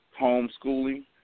homeschooling